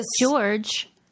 George